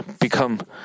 become